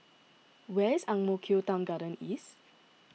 where is Ang Mo Kio Town Garden East